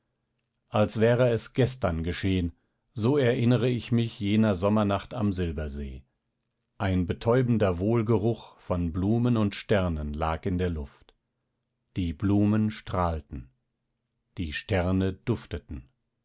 als wäre es gestern geschehen so erinnere ich mich jener sommernacht am silbersee ein betäubender wohlgeruch von blumen und sternen lag in der luft die blumen strahlten die sterne dufteten